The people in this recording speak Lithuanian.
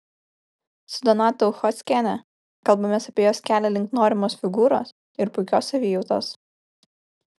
su donata uchockiene kalbamės apie jos kelią link norimos figūros ir puikios savijautos